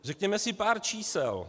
Řekněme si pár čísel.